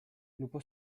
lupo